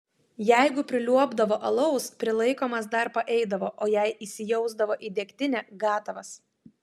jeigu priliuobdavo alaus prilaikomas dar paeidavo o jei įsijausdavo į degtinę gatavas